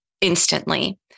instantly